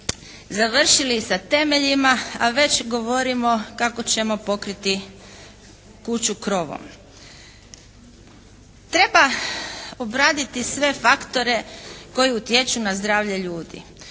završili sa temeljima a već govorimo kako ćemo pokriti kuću krovom. Treba obraditi sve faktore koji utječu na zdravlje ljudi.